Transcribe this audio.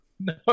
No